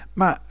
ma